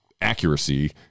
accuracy